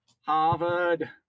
Harvard